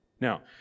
Now